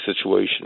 situation